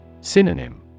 Synonym